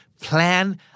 Plan